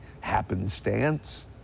happenstance